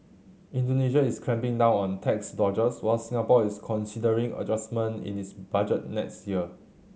Indonesia is clamping down on tax dodgers while Singapore is considering adjustment in its budget next year